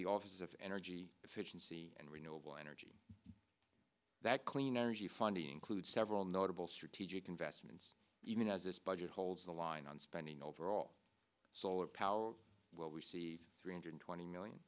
the office of energy efficiency and renewable energy that clean energy funding clude several notable strategic investments even as its budget holds the line on spending overall solar power will we see three hundred twenty million